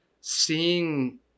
seeing